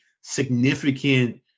significant